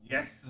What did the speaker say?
Yes